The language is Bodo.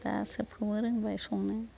दा सोबखौबो रोंबाय संनो